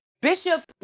Bishop